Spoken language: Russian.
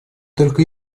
только